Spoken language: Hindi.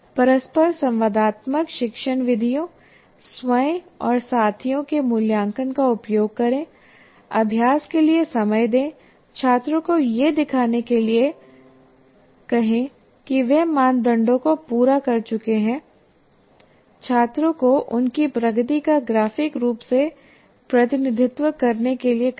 परस्पर संवादात्मक शिक्षण विधियों स्वयं और साथियों के मूल्यांकन का उपयोग करें अभ्यास के लिए समय दें छात्रों को यह दिखाने के लिए कहें कि वे मानदंडों को पूरा कर चुके हैं छात्रों को उनकी प्रगति का ग्राफिक रूप से प्रतिनिधित्व करने के लिए कहें